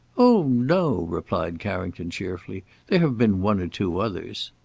oh no! replied carrington cheerfully there have been one or two others.